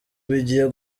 bigiye